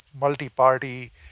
multi-party